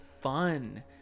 fun